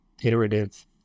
iterative